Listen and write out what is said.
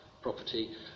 property